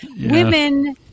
women